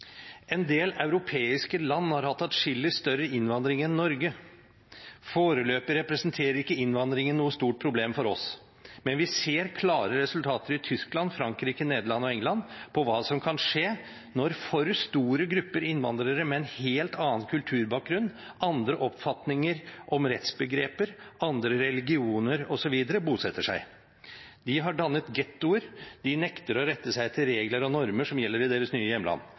en taletid på inntil 3 minutter. Da får jeg fortsette der Jan Bøhler sluttet. Men først et sitat: «En del europeiske land har hatt adskillig større innvandring enn Norge. Foreløpig representerer ikke innvandringen noe stort problem for oss, men vi ser klare resultater i Tyskland, Frankrike, Nederland og England på hva som kan skje når for store grupper innvandrere med en helt annen kulturbakgrunn, andre oppfatninger om rettsbegreper, andre religioner, osv. bosetter seg. De har dannet ghettoer, de nekter å rette seg etter regler og normer